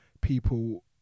people